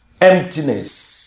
emptiness